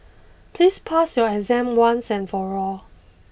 please pass your exam once and for all